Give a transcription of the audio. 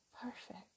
perfect